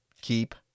Keep